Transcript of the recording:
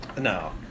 No